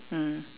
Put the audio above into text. mm